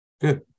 Good